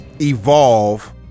Evolve